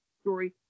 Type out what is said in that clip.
story